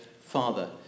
father